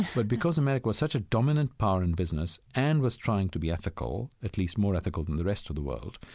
but because america was such a dominant power in business and was trying to be ethical, at least more ethical than the rest of the world,